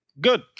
Good